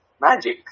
magic